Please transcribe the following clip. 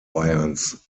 bayerns